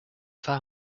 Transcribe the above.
far